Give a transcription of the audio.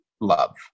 love